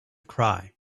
cry